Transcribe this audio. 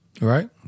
Right